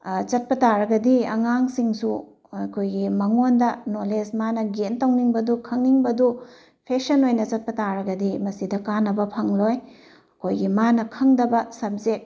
ꯆꯠꯄ ꯇꯔꯒꯗꯤ ꯑꯉꯥꯡꯁꯤꯡꯁꯨ ꯑꯩꯈꯣꯏꯒꯤ ꯃꯉꯣꯟꯗ ꯅꯧꯂꯦꯁ ꯃꯥꯅ ꯒꯦꯟ ꯇꯧꯅꯤꯡꯕꯗꯨ ꯈꯪꯅꯤꯡꯕꯗꯨ ꯐꯦꯁꯟ ꯑꯣꯏꯅ ꯆꯠꯄ ꯇꯔꯒꯗꯤ ꯃꯁꯤꯗ ꯀꯥꯟꯅꯕ ꯐꯪꯂꯣꯏ ꯑꯩꯈꯣꯏꯒꯤ ꯃꯅꯥ ꯈꯪꯗꯕ ꯁꯕꯖꯦꯛ